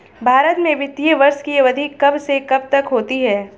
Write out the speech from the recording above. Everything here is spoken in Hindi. भारत में वित्तीय वर्ष की अवधि कब से कब तक होती है?